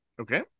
Okay